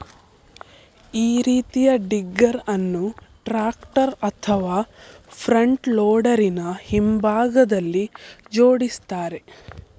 ಈ ರೀತಿಯ ಡಿಗ್ಗರ್ ಅನ್ನು ಟ್ರಾಕ್ಟರ್ ಅಥವಾ ಫ್ರಂಟ್ ಲೋಡರಿನ ಹಿಂಭಾಗದಲ್ಲಿ ಜೋಡಿಸ್ತಾರೆ